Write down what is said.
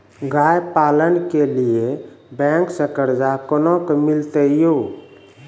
गाय पालन के लिए बैंक से कर्ज कोना के मिलते यो?